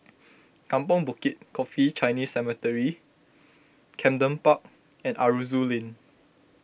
Kampong Bukit Coffee Chinese Cemetery Camden Park and Aroozoo Lane